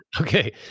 Okay